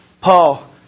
Paul